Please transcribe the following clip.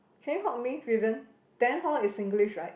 can you help me Vivian then hor is Singlish right